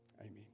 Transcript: amen